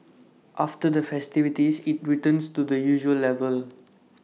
after the festivities IT returns to the usual level